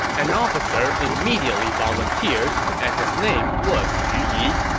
an officer immediately volunteered, and his name was xu yi.